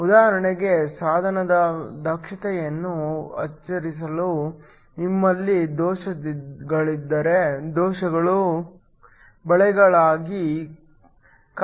ಉದಾಹರಣೆಗೆ ಸಾಧನದ ದಕ್ಷತೆಯನ್ನು ಹೆಚ್ಚಿಸಲು ನಿಮ್ಮಲ್ಲಿ ದೋಷಗಳಿದ್ದರೆ ದೋಷಗಳು ಬಲೆಗಳಾಗಿ ಕಾರ್ಯನಿರ್ವಹಿಸಬಹುದು